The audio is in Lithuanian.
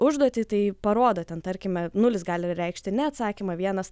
užduotį tai parodo ten tarkime nulis gali reikšti neatsakymą vienas